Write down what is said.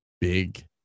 Big